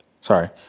sorry